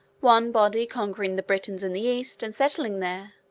one body, conquering the britons in the east, and settling there,